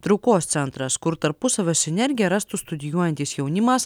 traukos centras kur tarpusavio sinergiją rastų studijuojantis jaunimas